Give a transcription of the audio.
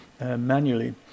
Manually